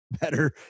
better